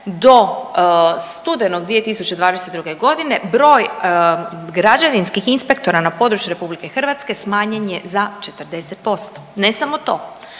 do studenog 2022. godine broj građevinskih inspektora na području Republike Hrvatske smanjen je za 40%. Ne samo to.